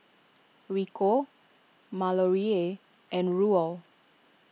Rico Malorie and Ruel